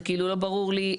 זה לא ברור לי,